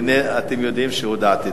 הנה, אתם יודעים שהודעתי.